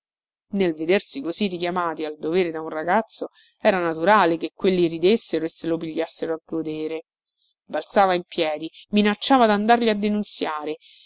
nel vedersi così richiamati al dovere da un ragazzo era naturale che quelli ridessero e se lo pigliassero a godere balzava in piedi minacciava dandarli a denunziare